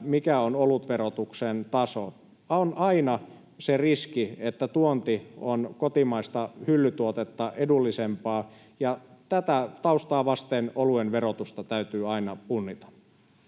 mikä on olutverotuksen taso. On aina se riski, että tuonti on kotimaista hyllytuotetta edullisempaa, ja tätä taustaa vasten oluen verotusta täytyy aina punnita.